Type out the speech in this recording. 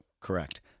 Correct